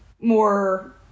more